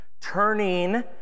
turning